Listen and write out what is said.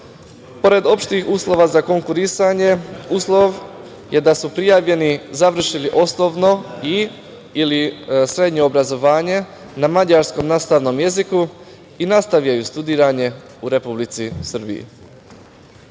Pored opštih uslova za konkurisanje, uslov je da su prijavljeni završili osnovno ili srednje obrazovanje na mađarskom nastavnom jeziku i nastavljaju studiranje u Republici